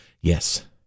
Yes